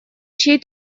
чей